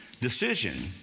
Decision